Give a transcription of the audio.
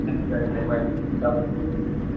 दे बाय गाबोन